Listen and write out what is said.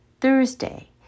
Thursday